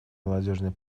молодежной